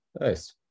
Nice